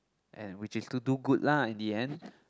and which is to do good lah in the end